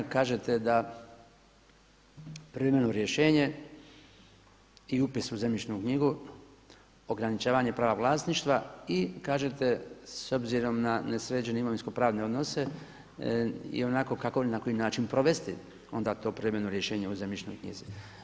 Kažete da privremeno rješenje i upis u zemljišnu knjigu, ograničavanje prava vlasništva i kažete s obzirom na nesređene imovinsko pravne odnose i onako kako i na koji način provesti onda to privremeno rješenje u zemljišnoj knjizi.